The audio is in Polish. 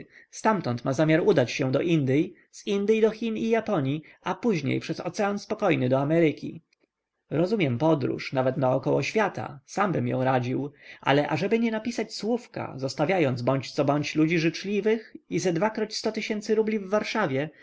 ztamtąd ma zamiar udać się do indyj z indyj do chin i japonii a później przez ocean spokojny do ameryki rozumiem podróż nawet naokoło świata sambym ją radził ale ażeby nie napisać słówka zostawiając bądź jak bądź ludzi życzliwych i ze dwakroć sto tysięcy rubli w warszawie